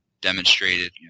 demonstrated